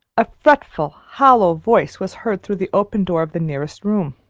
a fretful, hollow voice was heard through the open door of the nearest room.